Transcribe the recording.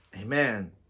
Amen